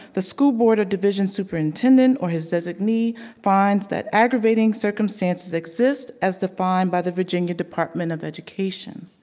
the school board division superintendent or his designee finds that aggravating circumstances exist as defined by the virginia department of education.